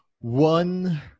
one